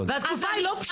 והתקופה היא לא פשוטה.